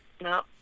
No